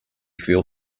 feel